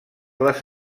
les